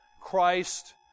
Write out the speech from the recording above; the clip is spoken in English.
Christ